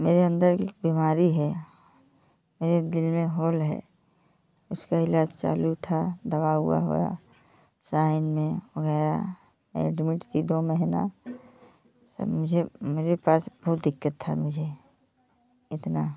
मेरे अंदर एक बीमारी है मेरे दिल में होल है उसका इलाज चालू था दवा उसका हुआ साइन में हो गया एडमिट थी दो महीना सब मुझे मेरे पास बहुत दिक्कत था मुझे इतना